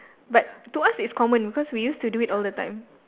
but to us it's common because we used to do it all the time